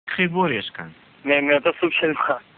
חיבור יש כאן, והם מאותו סוג שלך